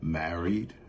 married